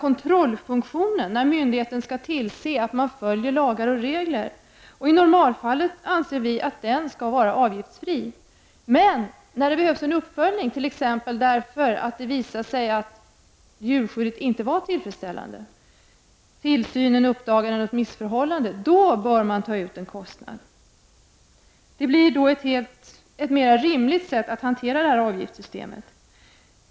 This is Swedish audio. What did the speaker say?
Kontrollfunktionen innebär att myndigheten skall tillse att människor följer lagar och regler. I normalfallet skall den vara avgiftsfri. Men i de fall då det behövs en uppföljning därför att det exempelvis visar sig att djurskyddet inte varit tillfredsställande, alltså då tillsynen uppdagar missförhållanden, skall kostnaden för kontrollfunktionen tas ut i form av en avgift. Detta är ett mer rimligt sätt att hantera avgiftssystemet.